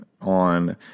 on